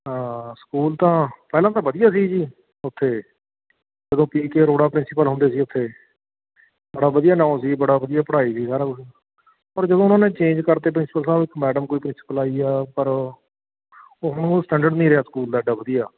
ਹਾਂ ਸਕੂਲ ਤਾਂ ਪਹਿਲਾਂ ਤਾਂ ਵਧੀਆ ਸੀ ਜੀ ਉੱਥੇ ਜਦੋਂ ਪੀ ਕੇ ਅਰੋੜਾ ਪ੍ਰਿੰਸੀਪਲ ਹੁੰਦੇ ਸੀ ਉੱਥੇ ਬੜਾ ਵਧੀਆ ਨਾਂ ਸੀ ਬੜਾ ਵਧੀਆ ਪੜ੍ਹਾਈ ਸੀ ਸਾਰਾ ਕੁਛ ਪਰ ਜਦੋਂ ਉਹਨਾਂ ਨੇ ਚੇਂਜ ਕਰਤੇ ਪ੍ਰਿੰਸੀਪਲ ਸਾਹਿਬ ਇੱਕ ਮੈਡਮ ਕੋਈ ਪ੍ਰਿੰਸੀਪਲ ਆਈ ਆ ਪਰ ਹੁਣ ਉਹ ਸਟੈਂਡਰਡ ਨਹੀਂ ਰਿਹਾ ਸਕੂਲ ਦਾ ਐਡਾ ਵਧੀਆ